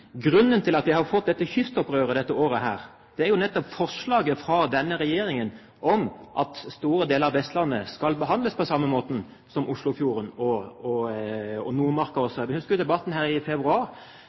Grunnen til at vi har fått dette kystopprøret dette året, er jo nettopp forslaget fra denne regjeringen om at store deler av Vestlandet skal behandles på samme måte som Oslofjorden.